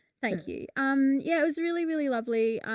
thank you. um, yeah, it was really, really lovely. um,